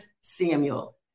Samuel